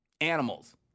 Animals